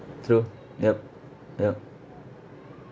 true yup yup